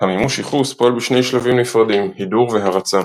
המימוש־ייחוס פועל בשני שלבים נפרדים הידור והרצה.